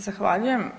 Zahvaljujem.